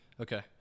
Okay